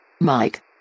Mike